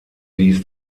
dies